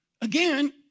again